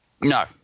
no